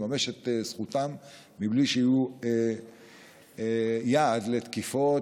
לממש את זכותם בלי שיהיו יעד לתקיפות,